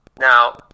Now